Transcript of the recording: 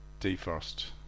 defrost